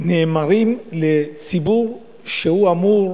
נאמרים לציבור שאמור